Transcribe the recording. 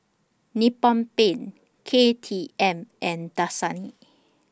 Nippon Paint K T M and Dasani